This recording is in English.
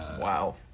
Wow